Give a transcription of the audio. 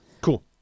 Cool